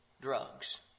drugs